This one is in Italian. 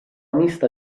mista